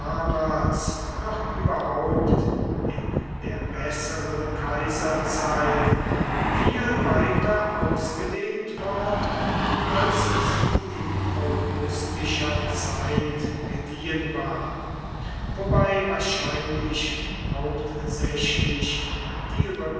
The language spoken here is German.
noch überhaupt in der besseren kaiserzeit viel weiter ausgedehnt worden als sie in augustischer zeit gediehen war wobei wahrscheinlich hauptsächlich die